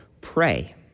pray